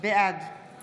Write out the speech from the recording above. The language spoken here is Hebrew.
אני גר קרוב, באתי מעפולה.